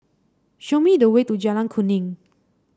show me the way to Jalan Kuning